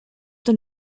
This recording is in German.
denn